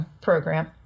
program